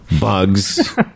bugs